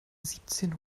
siebzehn